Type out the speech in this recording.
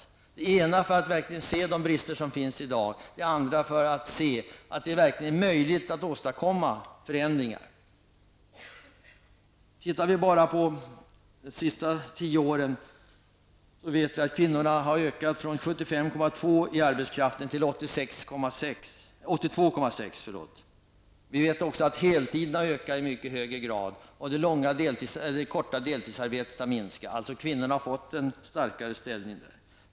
Det ena måste vi använda för att verkligen kunna se de brister som finns i dag, det andra för att se att det verkligen är möjligt att åstadkomma förändringar. Ser vi på de senaste tio åren finner vi att kvinnornas andel av arbetskraften har ökat från 75,2 % till 82,6 %. Heltidsarbetarna har också blivit många fler. Kort deltidsarbete har minskat. Kvinnorna har alltså fått en starkare ställning.